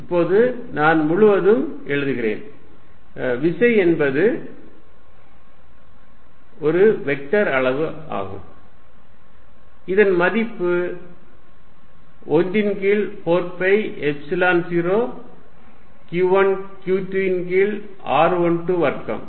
F114π0q1q2r122r12 இப்போது நான் முழுவதும் எழுதுகிறேன் விசை என்பது ஒரு வெக்டர் அளவு ஆகும் இதன் மதிப்பு 1 ன் கீழ் 4 பை எப்சிலன் 0 q1 q 2 ன் கீழ் r1 2 வர்க்கம்